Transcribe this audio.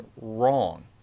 wrong